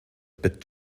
bit